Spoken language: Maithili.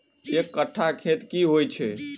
एक कट्ठा खेत की होइ छै?